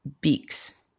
beaks